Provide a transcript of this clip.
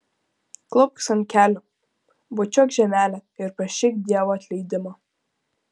klaupkis ant kelių bučiuok žemelę ir prašyk dievo atleidimo